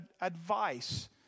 advice